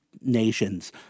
nations